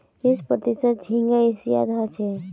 तीस प्रतिशत झींगा एशियात ह छे